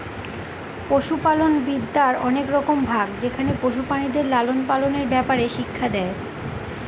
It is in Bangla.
পশুপালনবিদ্যার অনেক রকম ভাগ যেখানে পশু প্রাণীদের লালন পালনের ব্যাপারে শিক্ষা দেয়